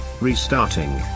restarting